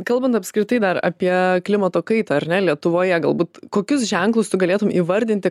kalbant apskritai dar apie klimato kaitą ar ne lietuvoje galbūt kokius ženklus tu galėtum įvardinti